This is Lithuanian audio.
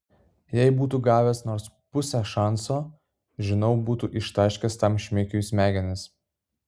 jei būtų gavęs nors pusę šanso žinau būtų ištaškęs tam šmikiui smegenis